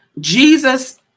Jesus